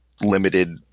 limited